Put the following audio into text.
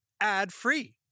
ad-free